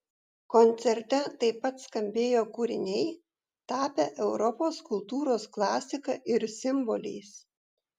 koncerte taip pat skambėjo kūriniai tapę europos kultūros klasika ir simboliais